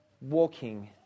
walking